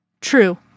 True